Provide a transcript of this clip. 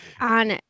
on